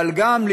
אבל גם,